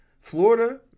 Florida